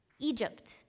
Egypt